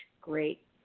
great